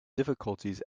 difficulties